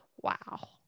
Wow